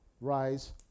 rise